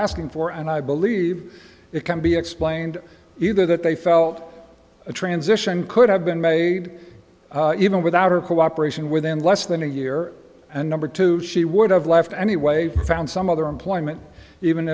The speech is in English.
asking for and i believe it can be explained either that they felt a transition could have been made even without her cooperation within less than a year and number two she would have left anyway found some other employment even